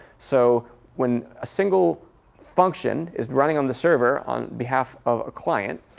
so when a single function is running on the server on behalf of a client,